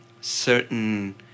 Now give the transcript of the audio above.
certain